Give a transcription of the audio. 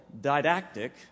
didactic